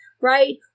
right